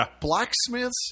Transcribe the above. blacksmiths